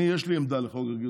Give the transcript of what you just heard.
אני, יש לי עמדה לגבי חוק הגיוס.